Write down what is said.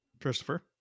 Christopher